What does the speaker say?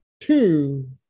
two